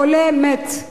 החולה מת.